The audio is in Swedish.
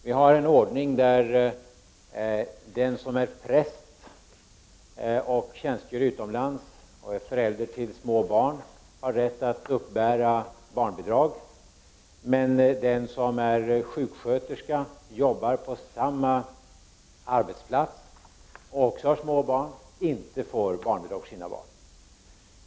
Vi har en ordning där den som är präst, som tjänstgör utomlands och är förälder till små barn har rätt att uppbära barnbidrag, men där den som är sjuksköterska, jobbar på samma arbetsplats och också har små barn inte får barnbidrag.